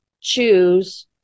choose